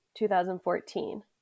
2014